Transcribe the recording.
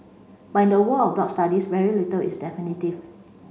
but in the world of dog studies very little is definitive